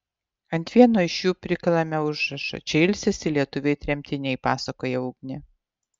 ant vieno iš jų prikalame užrašą čia ilsisi lietuviai tremtiniai pasakoja ugnė